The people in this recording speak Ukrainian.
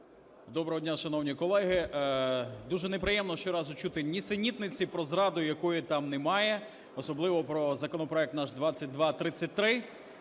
Доброго дня, шановні колеги! Дуже неприємно щоразу чути нісенітниці про зраду, якої там немає, особливо про законопроект наш 2233.